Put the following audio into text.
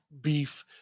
beef